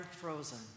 frozen